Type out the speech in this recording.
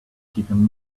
keeping